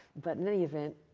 but in any event,